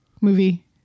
movie